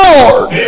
Lord